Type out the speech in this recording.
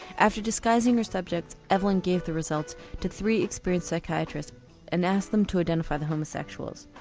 after disguising her subjects evelyn gave the results to three experienced psychiatrists and asked them to identify the homosexuals.